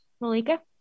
Malika